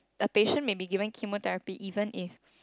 the patient may be given chemotherapy even if